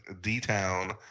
D-Town